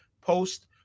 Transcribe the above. post